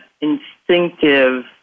instinctive